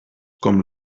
com